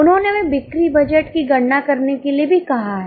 उन्होंने हमें बिक्री बजट की गणना करने के लिए भी कहा है